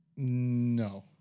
No